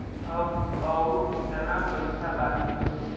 अब अउर कितना पईसा बाकी हव?